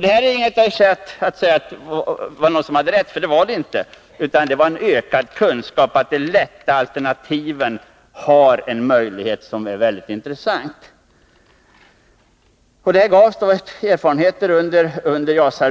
Det här är inte något tjat om vem som hade rätt, utan det rör sig om en första åren, men att man sedan skall försöka få en VYSKGISKOMMEelsE med ökad kunskap, att lätta alternativet i dag innebär intressanta möjligheter. Det gavs erfarenheter under